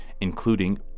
including